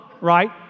right